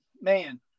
man